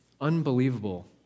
unbelievable